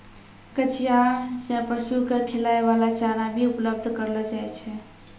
कचिया सें पशु क खिलाय वाला चारा भी उपलब्ध करलो जाय छै